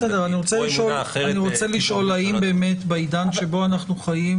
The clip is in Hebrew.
או אמונה אחרת --- האם בעידן שבו אנחנו חיים